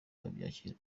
wabyakiriye